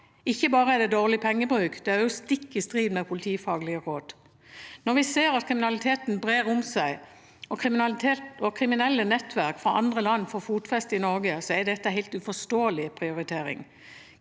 Ikke bare er det dårlig pengebruk; det er også stikk i strid med politifaglige råd. Når vi ser at kriminaliteten brer om seg, og at kriminelle nettverk fra andre land får fotfeste i Norge, er dette en helt uforståelig prioritering.